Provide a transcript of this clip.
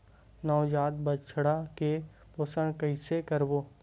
नवजात बछड़ा के पोषण कइसे करबो?